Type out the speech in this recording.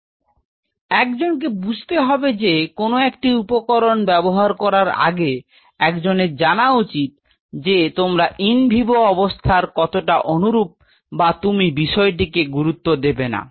তো একজনকে বুঝতে হবে যে কোনও একটি উপকরন ব্যাবহার করার আগে একজনের জানা উচিত যে তোমরা ইন ভিভো অবস্থার কতটা অনুরুপ বা তুমি বিষয়টিকে গুরুত্ব দেবে না